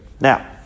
Now